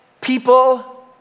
people